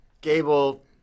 Gable